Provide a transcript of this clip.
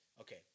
Okay